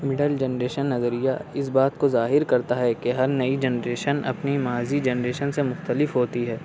middle generation نظریہ اِس بات کو ظاہر کرتا ہے کہ ہر نئی جنریشن اپنی ماضی جنریشن سے مختلف ہوتی ہے